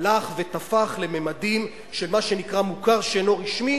הלך ותפח לממדים של מה שנקרא מוכר שאינו רשמי